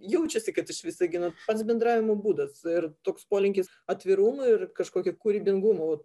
jaučiasi kad iš visagino pats bendravimo būdas ir toks polinkis atvirumą ir kažkokį kūrybingumo